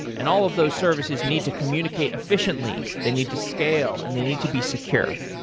and all of those services need to communicate efficiently. they need to scale and they need to be secure.